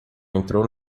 entrou